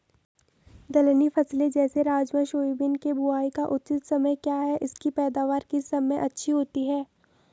दलहनी फसलें जैसे राजमा सोयाबीन के बुआई का उचित समय क्या है इसकी पैदावार किस समय अच्छी होती है?